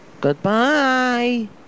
goodbye